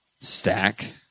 stack